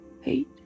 Hate